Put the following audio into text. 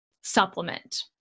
supplement